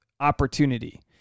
opportunity